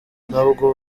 nubwo